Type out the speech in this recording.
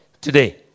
today